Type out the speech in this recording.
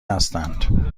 هستند